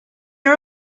are